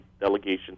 delegation